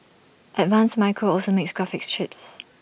advanced micro also makes graphics chips